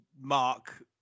Mark